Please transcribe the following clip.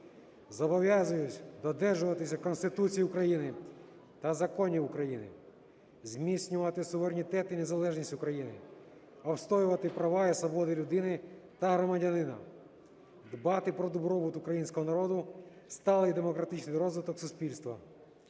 Зобов'язуюся додержуватися Конституції України та законів України, зміцнювати суверенітет і незалежність України, обстоювати права і свободи людини та громадянина, дбати про добробут Українського народу, сталий демократичний розвиток суспільства.